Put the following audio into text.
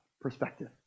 perspective